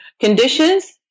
conditions